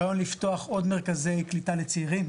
הרעיון לפתוח עוד מרכזי קליטה לצעירים,